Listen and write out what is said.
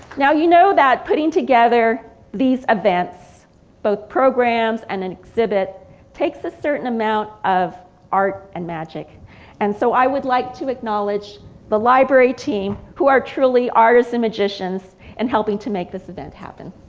now you know that putting together these events both programs and an exhibit takes a certain amount of art and magic and so i would like to acknowledge the library team who are truly artists and magicians and helping to make this event happen.